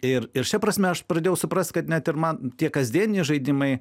ir ir šia prasme aš pradėjau suprast kad net ir man tie kasdieniai žaidimai